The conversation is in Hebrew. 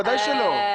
ודאי שלא.